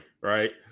right